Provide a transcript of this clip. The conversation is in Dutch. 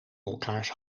elkaars